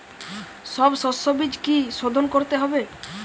সব শষ্যবীজ কি সোধন করতে হবে?